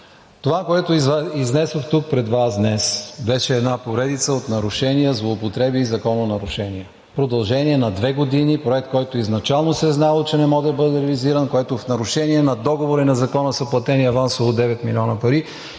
това, което изнесох тук пред Вас днес, беше една поредица от нарушения, злоупотреби и закононарушения. В продължение на две години проект, който изначално се е знаело, че не може да бъде реализиран, за който в нарушение на договора и на закона са платени авансово 9 милиона пари